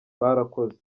barakoze